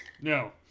No